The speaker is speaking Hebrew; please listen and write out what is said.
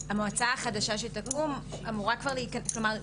ואז המועצה החדשה שתקום אמורה כבר כלומר,